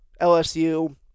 LSU